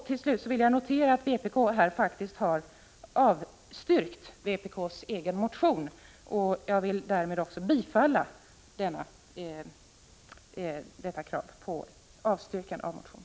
Till slut vill jag notera att vpk faktiskt har avstyrkt vpk:s egen motion, och jag ansluter mig till detta krav om avslag på motionen.